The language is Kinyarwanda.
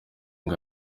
ngo